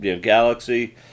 galaxy